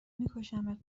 میکشمت